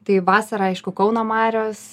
tai vasarą aišku kauno marios